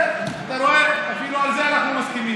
אתה רואה, אפילו על זה אנחנו מסכימים.